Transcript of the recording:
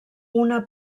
una